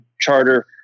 charter